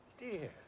dear.